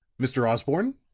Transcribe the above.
mr. osborne,